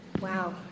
Wow